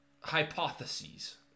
hypotheses